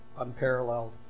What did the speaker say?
unparalleled